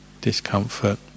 discomfort